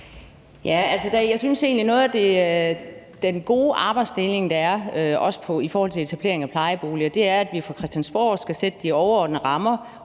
egentlig, at den gode arbejdsdeling, også i forhold til etablering af plejeboliger, er, at vi fra Christiansborg skal sætte de overordnede rammer,